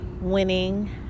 winning